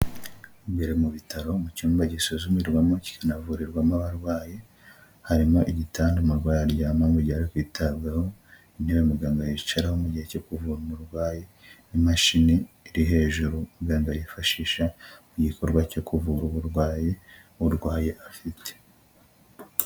Imbere mu bitaro mu cyumba gisuzumirwamo kinavurirwamo abarwaye, harimo igitanda umurwayi aryamamo mu gihe ari kwitabwaho, intebe muganga yicaraho mu gihe cyo kuvura umurwayi, imashini iri hejuru muganga yifashisha mu gikorwa cyo kuvura uburwayi urwaye afite.